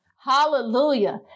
Hallelujah